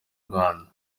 rwanda